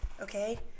okay